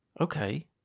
okay